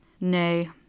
Nay